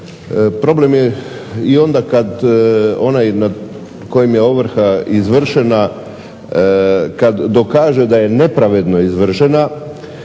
problem je i onda kada onaj nad kojim je ovrha izvršena kada kaže da je nepravedno izvršena,